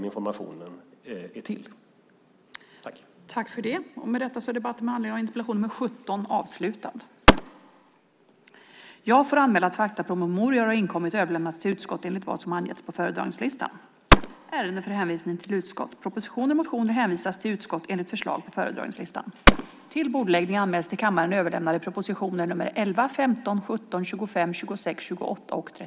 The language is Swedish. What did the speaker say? Informationen är till för dem.